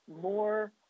more